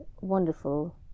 wonderful